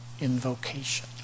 invocation